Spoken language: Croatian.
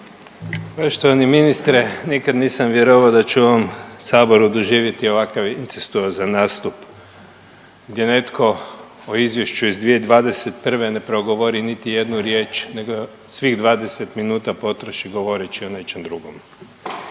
Poštovani ministre nikad nisam vjerovao da ću u ovom Saboru doživjeti ovakav incestuozan nastup, gdje netko o Izvješću iz 2021. ne progovori niti jednu riječ, nego svih 20 minuta potroši govoreći o nečem drugom,